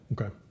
okay